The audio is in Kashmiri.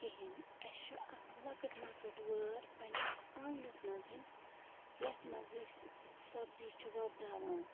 کِہیٖنۍ اَسہِ چھِ اَکھ لۄکٕٹ مۄکٕٹ وٲر پنٛنِس آنگنَس منٛزٕنۍ یَتھ منٛز أسۍ سَبزی چھِ وۄپداوان